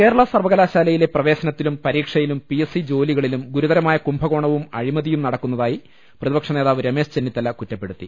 കേരള സർവകലാശാലയിലെ പ്രവേശനത്തിനും പരീക്ഷ യിലും പി എസ് സി ജോലികളിലും ഗുരുതരമായ കുംഭകോണവും അഴിമതിയും നടക്കുന്നതായി പ്രതിപക്ഷ നേതാവ് രമേശ് ചെന്നി ത്തല കുറ്റപ്പെടുത്തി